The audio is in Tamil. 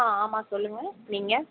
ஆ ஆமாம் சொல்லுங்க நீங்கள்